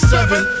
Seven